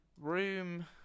room